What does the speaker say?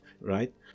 right